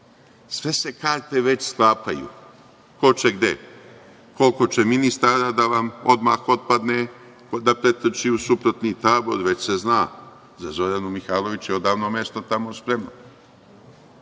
se karte već sklapaju ko će gde, koliko će ministara da vam odmah otpadne, da pretoči u suprotni tabor, već se zna za Zoranu Mihajlović je odavno mesto tamo spremno,